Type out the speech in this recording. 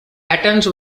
patterns